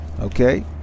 Okay